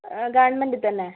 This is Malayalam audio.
ഗവൺമെൻ്റിൽ തന്നെ